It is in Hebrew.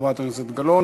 חברת הכנסת גלאון,